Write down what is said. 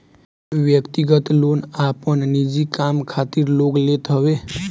व्यक्तिगत लोन आपन निजी काम खातिर लोग लेत हवे